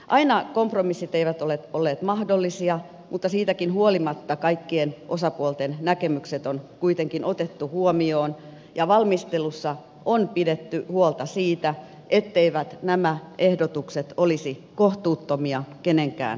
aina kompromissit eivät ole olleet mahdollisia mutta siitäkin huolimatta kaikkien osapuolten näkemykset on kuitenkin otettu huomioon ja valmistelussa on pidetty huolta siitä etteivät nämä ehdotukset olisi kohtuuttomia kenenkään kannalta